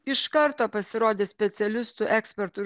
iš karto pasirodė specialistų ekspertų ir